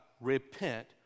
repent